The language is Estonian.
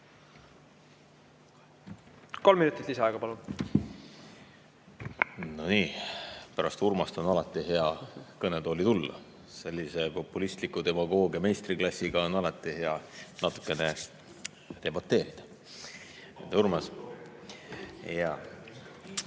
uuesti lauale. Aitäh! No nii. Pärast Urmast on alati hea kõnetooli tulla. Sellise populistliku demagoogia meistriklassiga on alati hea natukene debateerida. Urmas, jaa.